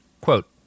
Quote